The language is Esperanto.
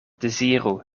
deziru